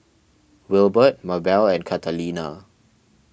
Wilbert Mabell and Catalina